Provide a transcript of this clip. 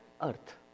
earth